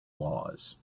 laws